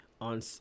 on